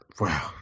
Wow